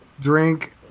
drink